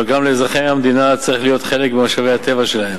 אבל גם לאזרחי המדינה צריך להיות חלק במשאבי הטבע שלהם.